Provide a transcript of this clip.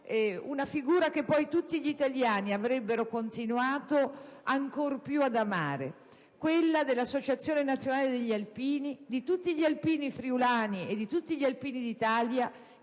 dell'alpino, che poi tutti gli italiani avrebbero continuato ancor più ad amare. Mi riferisco all'Associazione nazionale degli alpini, a tutti gli alpini friulani e a tutti gli alpini d'Italia,